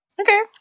Okay